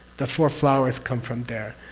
the four flowers come from there,